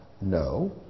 no